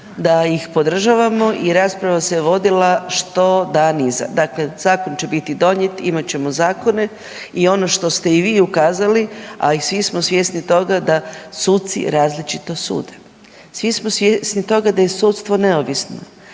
da ih podržavamo i rasprava se vodila što dan iza. Dakle, zakon će biti donijet, imat ćemo zakone i ono što ste i vi ukazali, a i svi smo svjesni toga da suci različito sude. Svi smo svjesni toga da je sudstvo neovisno,